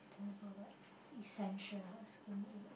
then got what essential ah skin